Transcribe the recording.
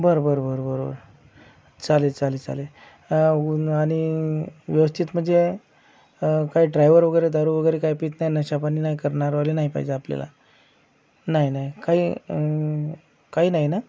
बरं बरं बरं बरं बरं चालेल चालेल चालेल उ न आणि व्यवस्थित म्हणजे काय ड्रायवर वगैरे दारू वगैरे काय पीत नाही नशापाणी नाही करणारवाले नाही पाहिजे आपल्याला नाही नाही काही काही नाही ना